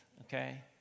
okay